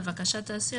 לבקשת האסיר,